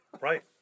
Right